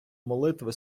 молитви